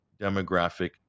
demographic